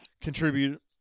contribute